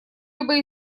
либо